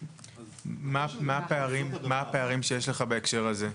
מה הפערים שאתה מזהה בהקשר הזה?